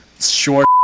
Short